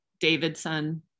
Davidson